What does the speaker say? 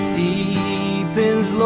deepens